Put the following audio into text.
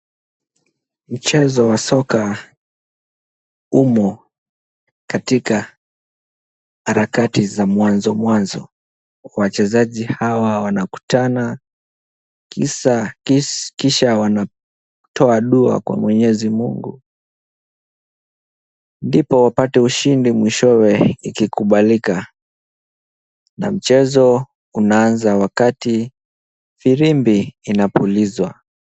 Mchezo wa soka umo katika harakati za mwanzo mwanzo. Wachezaji hawa wanakutana kisha wanatoa dua kwa mwenyezi Mungu ndipo wapate ushindi mwishowe ikikubalika na mchezo unaanza wakati firimbi inapulizwa.